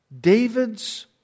David's